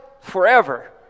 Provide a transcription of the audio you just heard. forever